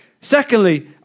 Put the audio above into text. Secondly